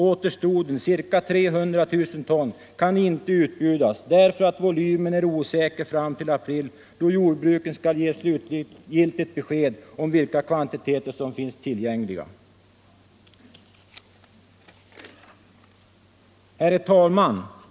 Återstoden, ca 300 000 ton, kan inte utbjudas, därför att volymen är osäker fram till april, då jordbruken skall ge slutgiltigt besked om vilka kvantiteter som finns tillgängliga. Herr talman!